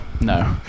No